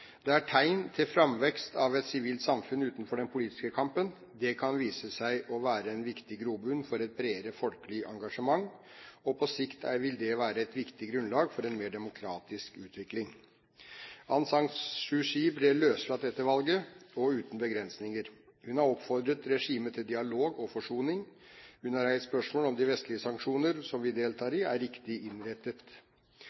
Det er tegn til framvekst av et sivilt samfunn utenfor den politiske kampen. Det kan vise seg å være en viktig grobunn for et bredere folkelig engasjement. På sikt vil det være et viktig grunnlag for en mer demokratisk utvikling. Aung San Suu Kyi ble løslatt etter valget, og uten begrensninger. Hun har oppfordret regimet til dialog og forsoning. Hun har reist spørsmålet om de vestlige sanksjonene, som vi deltar